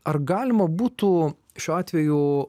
ar galima būtų šiuo atveju